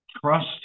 trust